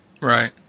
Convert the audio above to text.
Right